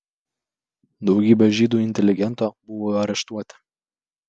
daugybė žydų inteligentų buvo areštuoti